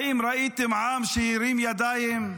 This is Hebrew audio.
האם ראיתם עם שהרים ידיים,